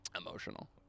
emotional